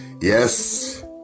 Yes